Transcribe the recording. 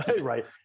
right